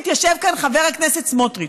מתיישב כאן חבר הכנסת סמוטריץ.